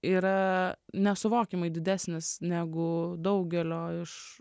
yra nesuvokiamai didesnis negu daugelio iš